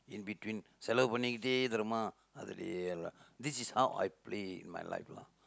in between செலவு பண்ணிக்கிட்டே தெரியுமா அதுலேயே எல்லாம்:selavu pannikkitdee theriyumaa athuleeyee ellaam this is how I play in my life lah